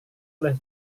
oleh